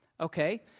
okay